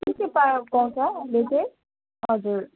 के के पा पाउँछ त्यो चाहिँ हजुर